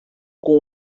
com